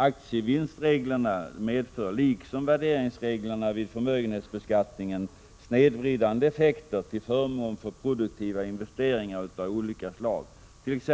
Aktievinstreglerna medför liksom värderingsreglerna vid förmögenhetsbeskattning snedvridande effekter till förmån för improduktiva investeringar av olika slag, t.ex.